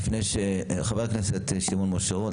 חבר הכנסת שמעון משה רוט.